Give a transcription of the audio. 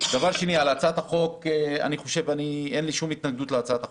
דבר שני, אין לי שום התנגדות להצעת החוק,